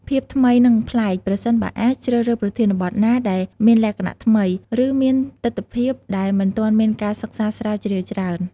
ភាពថ្មី និងប្លែក ប្រសិនបើអាច ជ្រើសរើសប្រធានបទណាដែលមានលក្ខណៈថ្មី ឬមានទិដ្ឋភាពដែលមិនទាន់មានការសិក្សាស្រាវជ្រាវច្រើន។